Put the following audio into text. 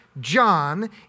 John